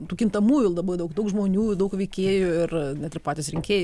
tų kintamųjų labai daug daug žmonių daug veikėjų ir net ir patys rinkėjai